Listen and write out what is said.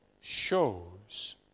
shows